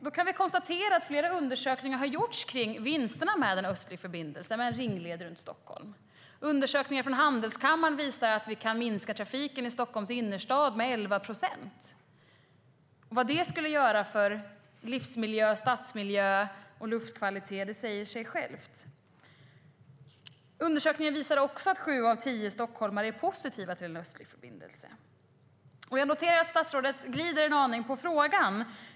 Vi kan konstatera att flera undersökningar har gjorts kring vinsterna med en östlig förbindelse, en ringled runt Stockholm. Undersökningar från handelskammaren visar att vi kan minska trafiken i Stockholms innerstad med 11 procent. Vad det skulle göra för livsmiljö, stadsmiljö och luftkvalitet säger sig självt. Undersökningar visar också att sju av tio stockholmare är positiva till en östlig förbindelse. Jag noterar att statsrådet glider en aning i frågan.